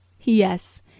yes